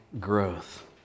growth